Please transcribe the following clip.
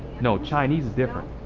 no, chinese is different.